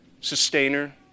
sustainer